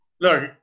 Look